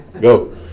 go